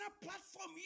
platform